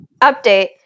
update